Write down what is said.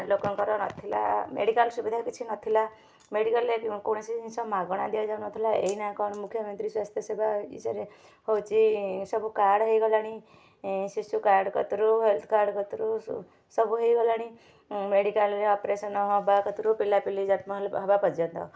ଲୋକଙ୍କର ନଥିଲା ମେଡ଼ିକାଲ୍ ସୁବିଧା କିଛି ନଥିଲା ମେଡ଼ିକାଲ୍ରେ କୌଣସି ଜିନିଷ ମାଗଣା ଦିଆଯାଉ ନଥିଲା ଏଇନା କଣ ମୁଖ୍ୟମନ୍ତ୍ରୀ ସ୍ୱାସ୍ଥ୍ୟ ସେବା ଇଶରେ ହେଉଛି ସବୁ କାର୍ଡ଼ ହେଇଗଲାଣି ଶିଶୁ କାର୍ଡ଼ କତୁରୁ ହେଲଥ୍ କାର୍ଡ଼ କତୁରୁ ସୁ ସବୁ ହେଇଗଲାଣି ମେଡ଼ିକାଲ୍ରେ ଅପରେସନ୍ ହେବା କତୁରୁ ପିଲାପିଲି ଜନ୍ମ ହେବା ପର୍ଯ୍ୟନ୍ତ